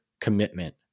commitment